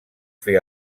fer